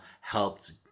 helped